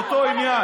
זה התחיל אצלך,